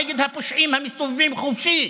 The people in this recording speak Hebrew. נגד הפושעים המסתובבים חופשי,